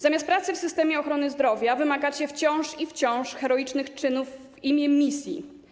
Zamiast pracy w systemie ochrony zdrowia wymagacie wciąż i wciąż heroicznych czynów w imię misji.